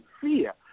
fear